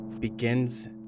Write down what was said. begins